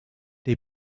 they